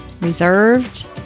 reserved